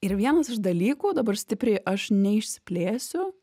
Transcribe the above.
ir vienas iš dalykų dabar stipriai aš neišsiplėsiu